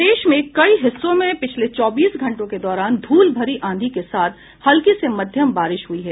प्रदेश के कई हिस्सों में पिछले चौबीस घंटों के दौरान धूल भरी आंधी के साथ हल्की से मध्यम बारिश हुई है